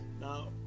now